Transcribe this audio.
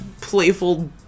playful